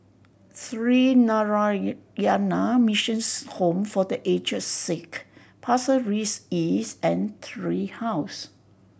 Sree Narayana Mission Home for The Aged Sick Pasir Ris East and Tree House